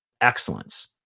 excellence